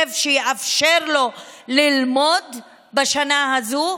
מחשב שיאפשר לו ללמוד בשנה הזאת?